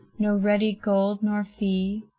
no ready gold nor fee,